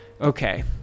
Okay